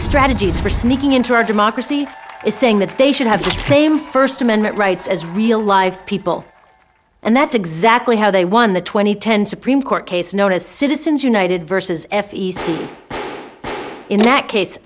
strategies for sneaking into our democracy is saying that they should have the same first amendment rights as real live people and that's exactly how they won the two thousand and ten supreme court case known as citizens united versus f e c in that case